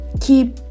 keep